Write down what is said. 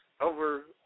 over